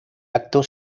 acto